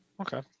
Okay